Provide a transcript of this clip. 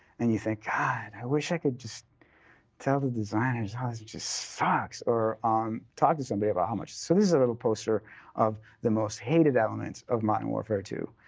and you think, god, i wish i could just tell the designers how this so just sucks or talk to somebody about how much so this is a little poster of the most hated elements of modern warfare two.